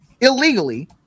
illegally